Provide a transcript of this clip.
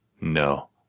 No